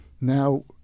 Now